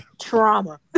Trauma